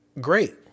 great